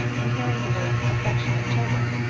and hearing the words affectionate children,